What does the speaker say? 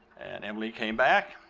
and emily came back,